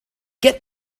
get